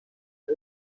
های